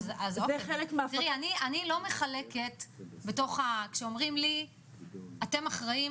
אני לא מחלקת - כשאומרים לי אתם אחראים,